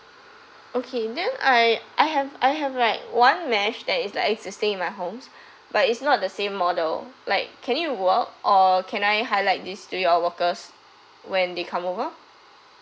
okay then I I have I have like one mesh that is like existing in my homes but it's not the same model like can it work or can I highlight this to your workers when they come over